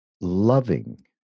loving